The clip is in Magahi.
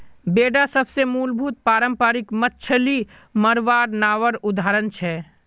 बेडा सबसे मूलभूत पारम्परिक मच्छ्ली मरवार नावर उदाहरण छे